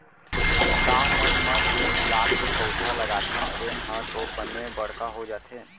गॉव मन म जेन गुलाब के पउधा लगाथन तेन ह तो बने बड़का हो जाथे